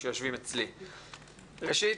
ראשית,